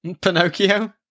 Pinocchio